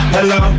Hello